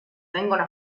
vengono